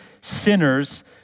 sinners